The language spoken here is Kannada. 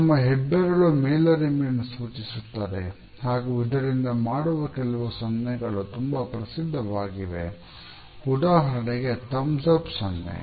ನಮ್ಮ ಹೆಬ್ಬೆರಳು ಮೇಲರಿಮೆಯನ್ನು ಸೂಚಿಸುತ್ತದೆ ಹಾಗೂ ಇದರಿಂದ ಮಾಡುವ ಕೆಲವು ಸನ್ನೆಗಳು ತುಂಬಾ ಪ್ರಸಿದ್ಧವಾಗಿವೆ ಉದಾಹರಣೆಗೆ ಥಂಬ್ಸ್ ಅಪ್ ಸನ್ನೆ